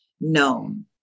known